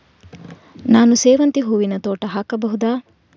ನಾನು ಸೇವಂತಿ ಹೂವಿನ ತೋಟ ಹಾಕಬಹುದಾ?